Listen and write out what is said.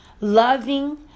loving